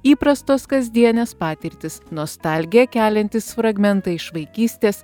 įprastos kasdienės patirtys nostalgiją keliantys fragmentai iš vaikystės